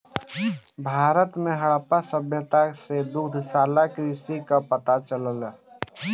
भारत में हड़प्पा सभ्यता से दुग्धशाला कृषि कअ पता चलेला